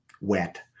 wet